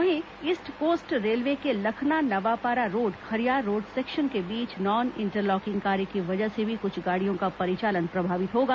वहीं east coast railway के Lakhna Nawapara road Khariar road section के बीच नॉन इंटरलॉकिंग कार्य की वजह से भी कुछ गाड़ियों का परिचालन प्रभावित होगा